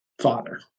father